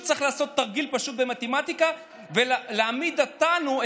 צריך לעשות תרגיל פשוט במתמטיקה ולהעמיד אותנו,